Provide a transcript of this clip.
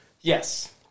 Yes